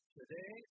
Today